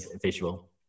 visual